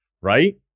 right